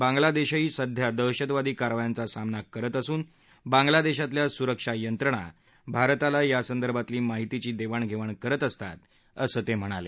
बांगलादेशही सध्या दहशतवादी कारवायांचा सामना करत असून बांगलादेशातल्या सुरक्षा यंत्रणा भारताला यासंदर्भातली माहितीची देवाणघेवाण करत असतात असं ते म्हणाले